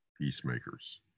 peacemakers